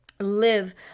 live